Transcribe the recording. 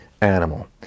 animal